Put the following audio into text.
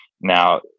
Now